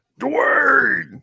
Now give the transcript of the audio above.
dwayne